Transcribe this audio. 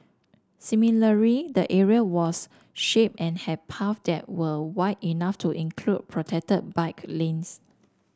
similarly the area was shaded and had path that were wide enough to include protected bike lanes